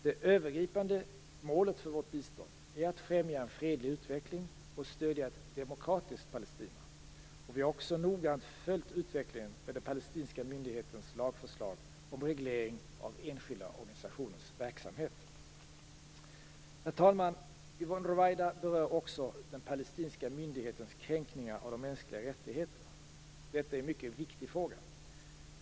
Det övergripande målet för vårt bistånd är att främja en fredlig utveckling och stödja ett demokratiskt Palestina. Vi har också noggrant följt utvecklingen med den palestinska myndighetens lagförslag om reglering av enskilda organisationers verksamhet. Herr talman! Yvonne Ruwaida berör också den palestinska myndighetens kränkningar av de mänskliga rättigheterna. Detta är en mycket viktig fråga.